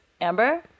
Amber